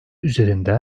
üzerinde